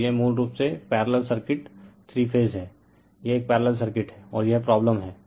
तो यह मूल रूप से पैरेलल सर्किट थ्री फेज है यह एक पैरेलल सर्किट है और यह प्रॉब्लम है